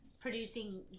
producing